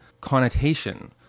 connotation